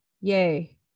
yay